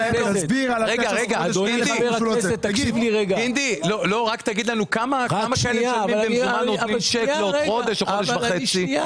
--- רק תגיד לנו כמה אנשים נותנים צ'ק לעוד חודש או לעוד חודש וחצי.